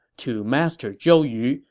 to master zhou yu,